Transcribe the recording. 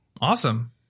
Awesome